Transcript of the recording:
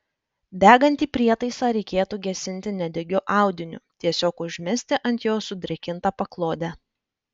degantį prietaisą reikėtų gesinti nedegiu audiniu tiesiog užmesti ant jo sudrėkintą paklodę